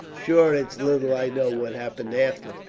shure it's little i know what happened after,